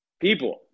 people